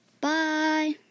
Bye